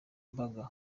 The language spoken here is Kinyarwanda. mbaga